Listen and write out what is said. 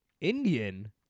Indian